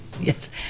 Yes